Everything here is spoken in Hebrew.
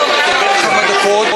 אז לא היו הסתייגויות.